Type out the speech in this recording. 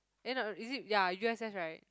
eh not is it ya U_S_S right